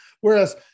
Whereas